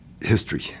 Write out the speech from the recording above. History